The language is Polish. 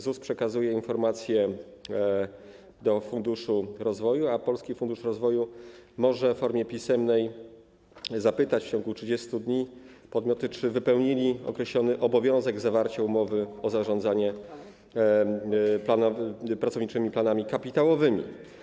ZUS przekazuje informacje do Polskiego Funduszu Rozwoju, a Polski Fundusz Rozwoju może w formie pisemnej zapytać w ciągu 30 dni podmioty, czy wypełniły określony obowiązek zawarcia umowy o zarządzanie pracowniczymi planami kapitałowymi.